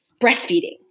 breastfeeding